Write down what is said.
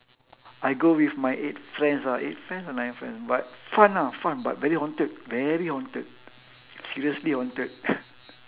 I go with my eight friends ah eight friends or nine friends but fun ah fun but very haunted very haunted seriously haunted